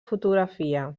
fotografia